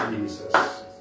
Jesus